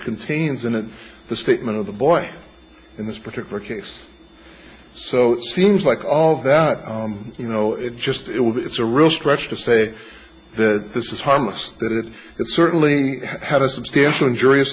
contains in it the statement of the boy in this particular case so seems like all of that you know it just it would it's a real stretch to say that this is harmless that it certainly had a substantial injurious